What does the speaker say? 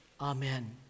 Amen